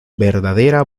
verdadera